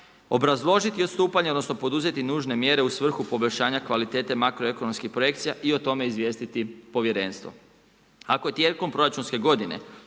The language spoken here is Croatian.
obrazložiti odstupanja odnosno poduzeti nužne mjere u svrhu poboljšanja kvalitete makroekonomskih projekcija i o tome izvijestiti povjerenstvo. Ako tijekom proračunske godine